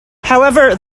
however